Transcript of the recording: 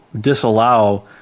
disallow